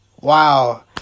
Wow